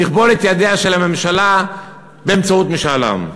נכבול את ידיה של הממשלה באמצעות משאל עם.